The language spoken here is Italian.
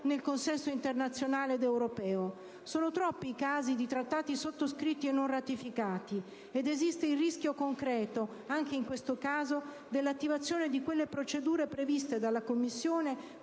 nel consesso internazionale ed europeo. Sono troppi i casi di Trattati sottoscritti e non ratificati, ed esiste il rischio concreto, anche in questo caso, dell'attivazione di quelle procedure previste dalla Commissione